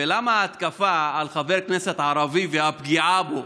ולמה ההתקפה על חבר כנסת ערבי והפגיעה בו